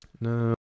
No